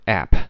app